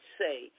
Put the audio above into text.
say